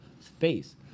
space